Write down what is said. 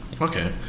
Okay